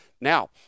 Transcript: Now